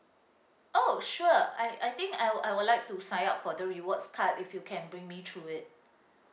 oh sure I I think I will I will like to sign up for the rewards card if you can bring me through it